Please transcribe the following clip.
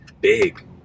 big